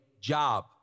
job